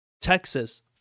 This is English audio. texas